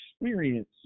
experience